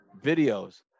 videos